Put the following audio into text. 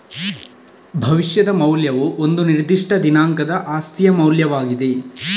ಭವಿಷ್ಯದ ಮೌಲ್ಯವು ಒಂದು ನಿರ್ದಿಷ್ಟ ದಿನಾಂಕದ ಆಸ್ತಿಯ ಮೌಲ್ಯವಾಗಿದೆ